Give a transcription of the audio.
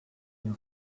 you